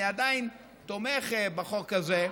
אני עדיין תומך בחוק הזה,